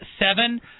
seven